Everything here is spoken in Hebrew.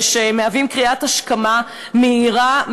שמהווים קריאת השכמה מהירה,